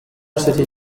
city